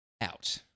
out